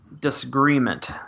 disagreement